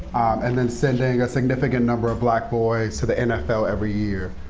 and then sending a significant number of black boys to the nfl every year.